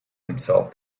himself